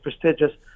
prestigious